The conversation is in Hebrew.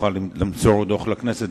תוכל למסור דוח לכנסת,